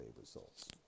results